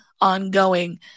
ongoing